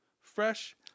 fresh